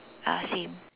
ah same